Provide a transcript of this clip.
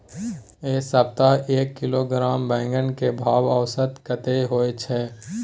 ऐ सप्ताह एक किलोग्राम बैंगन के भाव औसत कतेक होय छै?